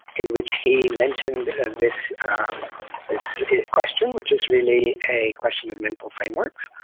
in which he mentioned this this question, which is really a question of mental frameworks.